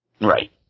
Right